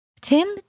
Tim